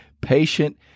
patient